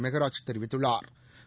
மெகராஜ் தெரிவித்துள்ளா்